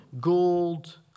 gold